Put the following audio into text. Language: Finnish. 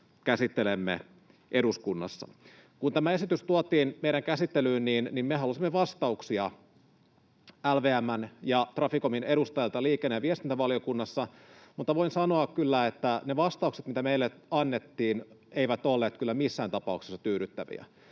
käsittelemme eduskunnassa. Kun tämä esitys tuotiin meidän käsittelyyn, me halusimme vastauksia LVM:n ja Traficomin edustajilta liikenne- ja viestintävaliokunnassa, mutta voin sanoa, että ne vastaukset, mitä meille annettiin, eivät olleet kyllä missään tapauksessa tyydyttäviä.